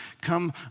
come